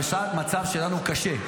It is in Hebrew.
המצב שלנו קשה,